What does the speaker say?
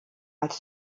als